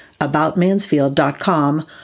aboutmansfield.com